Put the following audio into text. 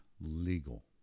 legal